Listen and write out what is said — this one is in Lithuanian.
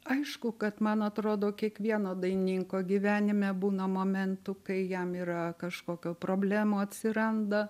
aišku kad man atrodo kiekvieno dainininko gyvenime būna momentų kai jam yra kažkokių problemų atsiranda